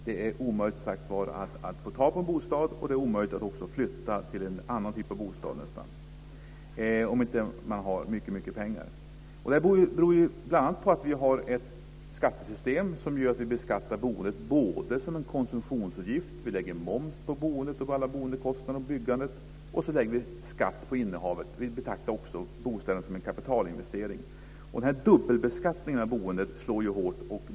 Det är omöjligt att få tag på en bostad, och det är omöjligt att flytta till en annan typ av bostad, om man inte har väldigt mycket pengar. Det beror bl.a. på att vi har ett skattesystem som gör att vi beskattar boendet som en konsumtionsutgift - vi lägger moms på boendet, på alla boendekostnader och på byggandet - och vi lägger skatt på innehavet. Vi betraktar också bostäderna som en kapitalinvestering. Den här dubbelbeskattningen av boendet slår ju hårt.